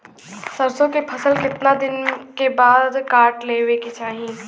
सरसो के फसल कितना दिन के बाद काट लेवे के चाही?